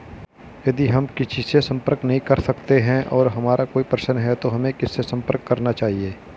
यदि हम किसी से संपर्क नहीं कर सकते हैं और हमारा कोई प्रश्न है तो हमें किससे संपर्क करना चाहिए?